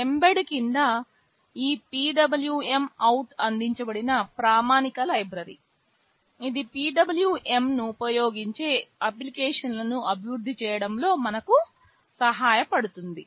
Mbed కింద ఈ PWMOut అందించబడిన ప్రామాణిక లైబ్రరీ ఇది PWM ను ఉపయోగించే అప్లికేషన్లను అభివృద్ధి చేయడంలో మనకు సహాయపడుతుంది